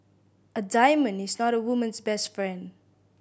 a diamond is not a woman's best friend